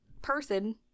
person